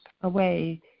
away